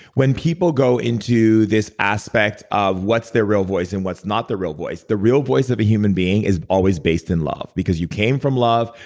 when people go into this aspect of what's their real voice and what's not their real voice, the real voice of a human being is always based in love, because you came from love.